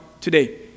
today